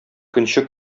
көнче